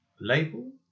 Label